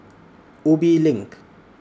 Ubi LINK